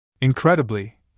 Incredibly